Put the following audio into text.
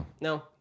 No